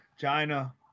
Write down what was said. China